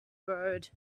road